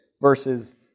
versus